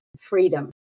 freedom